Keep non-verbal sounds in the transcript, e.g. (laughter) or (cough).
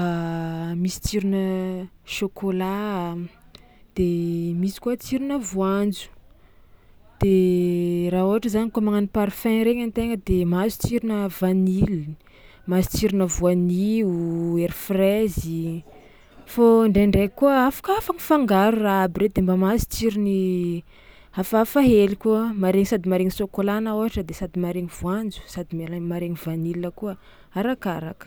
(hesitation) misy tsironà chocolat de misy koa tsironà voanjo de raha ôhatra zany kôa magnano parfum regny an-tegna de mahazo tsironà vanille, mahazo tsironà voanio, ery fraizy, fô ndraindraiky koa afaka afaka afangaro raha aby reo de mba mahazo tsirony hafahafa hely koa, maharegny sady maharegny sôkôlà anà ôhatra de sady maharegny voanjo sady mial- maharegny vanille koa, arakaraka.